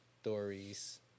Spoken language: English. stories